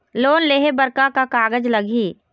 Loan लेहे बर का का कागज लगही?